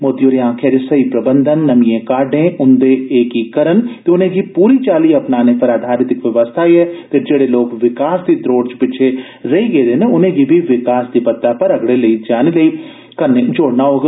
मोदी होरें आक्खेआ जे सेही प्रबंधन नमिए काहडे उंदे एकीकरण ते उनेंगी पूरी चाल्ली अपनाने पर आधारित इक बवस्था ऐ ते जेहड़े लोक विकास दी द्रोड़ च पिच्छे रेही गेदे न उनेंगी बी विकास दी बत्तै पर अगड़े लेई जाने लेई कन्नै जोड़ना होग